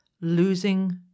losing